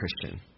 Christian